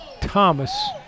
Thomas